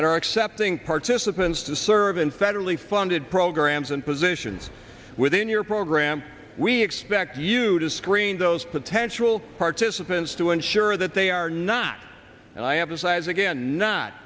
and are accepting participants to serve in federally funded programs and positions within your program we expect you to screen those potential participants to ensure that they are not and i have a size again not